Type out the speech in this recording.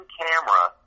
camera